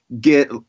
get